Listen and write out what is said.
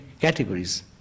categories